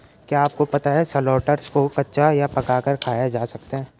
क्या आपको पता है शलोट्स को कच्चा या पकाकर खाया जा सकता है?